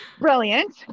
Brilliant